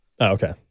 okay